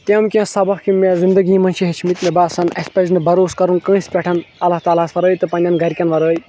تَم کیٚنٛہہ سَبَق یِم مےٚ زِنٛدگی منٛز چھِ ہیچھمٕتۍ مےٚ باسان اَسہِ پَزِ نہٕ بَروسہٕ کَرُن کٲنٛسہِ پؠٹھ اَللہ تَعلاہس وَرٲے تہٕ پَنٕنۍ گَرِ کیٚن ورٲے